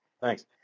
Thanks